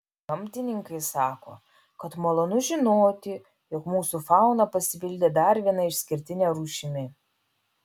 gamtininkai sako kad malonu žinoti jog mūsų fauna pasipildė dar viena išskirtine rūšimi